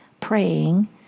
praying